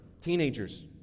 teenagers